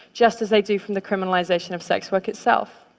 just as they do from the criminalization of sex work itself.